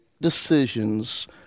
decisions